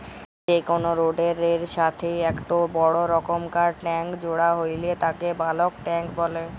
যে কোনো রোডের এর সাথেই একটো বড় রকমকার ট্যাংক জোড়া হইলে তাকে বালক ট্যাঁক বলে